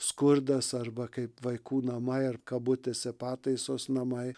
skurdas arba kaip vaikų namai ar kabutėse pataisos namai